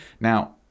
now